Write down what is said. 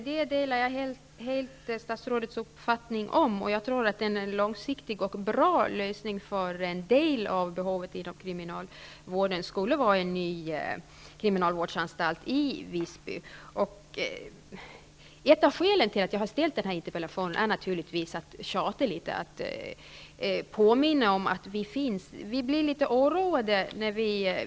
Herr talman! Jag delar helt statsrådets uppfattning om detta, och jag tror att en långsiktig och bra lösning för en del av behovet inom kriminalvården skulle vara en ny kriminalvårdsanstalt i Visby. Ett av skälen till att jag har ställt den här interpellationen är naturligtvis att jag vill tjata litet, att påminna om att vi finns.